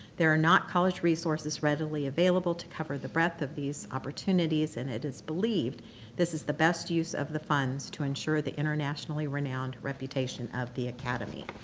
there are not college resources readily available to cover the breadth of these opportunities and it is believed this is the best use of the funds to ensure the internationally renowned reputation of the academy.